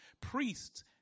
priests